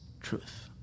truth